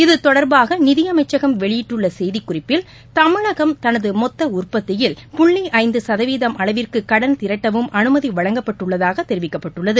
இதுதொடர்பாக நிதியமைச்சகம் வெளியிட்டுள்ள செய்திக் குறிப்பில் தமிழகம் தனது மொத்த உற்பத்தியில் புள்ளி ஐந்து சதவீதம் அளவிற்கு கடன் திரட்டவும் அனுமதி வழங்கப்பட்டுள்ளதாக தெரிவிக்கப்பட்டுள்ளது